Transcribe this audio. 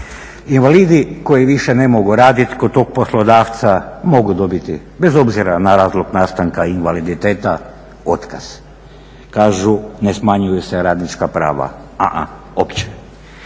Invalidi koji više ne mogu radit kod tog poslodavca mogu dobiti, bez obzira na razlog nastanka invaliditeta, otkaz. Kažu ne smanjuju se radnička prava, a-a, uopće.